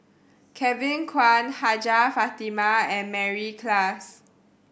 Kevin Kwan Hajjah Fatimah and Mary Klass